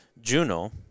Juno